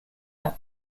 out